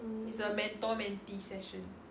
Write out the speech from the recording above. is a mentor mentee session